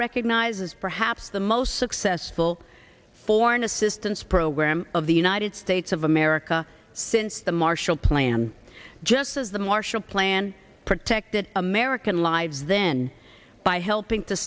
recognizes perhaps the most successful foreign assistance program of the united states of america since the marshall plan just as the marshall plan protected american lives then by helping to